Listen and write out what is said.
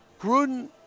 Gruden